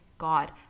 God